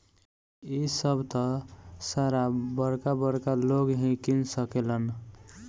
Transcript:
इ सभ त सारा बरका बरका लोग ही किन सकेलन